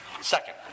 Second